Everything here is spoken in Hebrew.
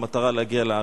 המטרה היא להגיע לארץ.